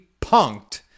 punked